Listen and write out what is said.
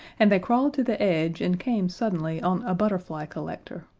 and they crawled to the edge and came suddenly on a butterfly collector,